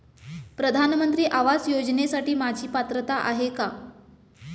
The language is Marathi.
प्रधानमंत्री आवास योजनेसाठी माझी पात्रता आहे का?